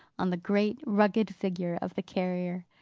on the great rugged figure of the carrier.